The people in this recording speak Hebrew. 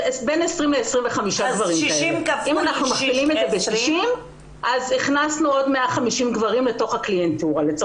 אם מכפילים את זה ב-60 הכנסנו עוד 150 גברים לתוך זה.